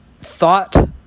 thought